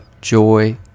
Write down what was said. joy